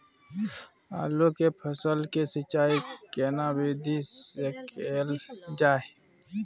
आलू के फसल के सिंचाई केना विधी स कैल जाए?